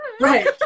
right